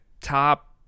top